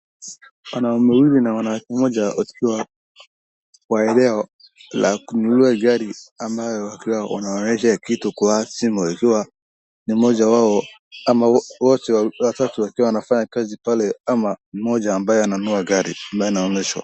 Wanaume wawili na wanamke mmoja wakiwa kwa eneo la kunua gari, ambayo wakiwa wanaonyeshwa kitu kwa simu, ikiwa ni mmoja wao, ama wote watatu wakiwa wanafanya kazi pale ama mmoja ambaye ananunua gari ambaye anaonyeshwa.